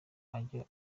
ajye